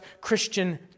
Christian